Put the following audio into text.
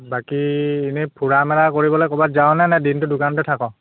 বাকী এনেই ফুৰা মেলা কৰিবলৈ ক'ৰবাত যাওঁনে নে দিনটো দোকানটো থাক